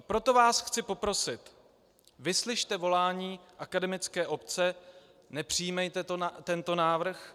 Proto vás chci poprosit, vyslyšte volání akademické obce, nepřijímejte tento návrh.